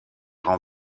rangs